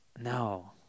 No